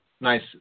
nice